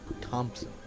Thompson